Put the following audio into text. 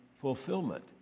fulfillment